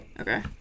Okay